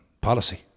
policy